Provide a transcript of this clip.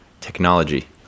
technology